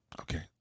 Okay